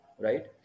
right